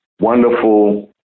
wonderful